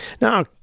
Now